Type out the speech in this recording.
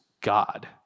God